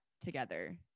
together